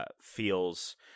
feels